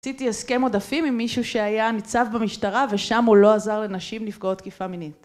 עשיתי הסכם עודפים עם מישהו שהיה ניצב במשטרה ושם הוא לא עזר לנשים נפגעות תקיפה מינית.